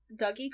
Dougie